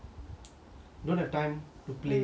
don't have time to play or anything